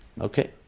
Okay